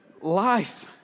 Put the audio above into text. life